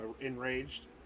enraged